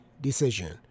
decision